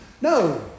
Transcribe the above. No